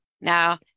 Now